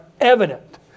evident